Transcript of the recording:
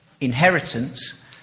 inheritance